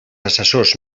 assessors